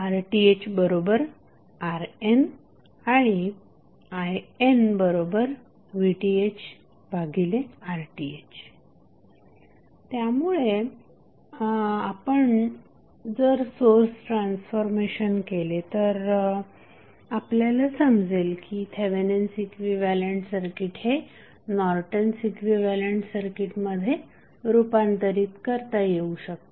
RThRNआणि INVThRTh त्यामुळे आपण जर सोर्स ट्रान्सफॉर्मेशन केले तर आपल्याला समजेल की थेवेनिन्स इक्विव्हॅलंट सर्किट हे नॉर्टन्स इक्विव्हॅलंट सर्किटमध्ये रूपांतरित करता येऊ शकते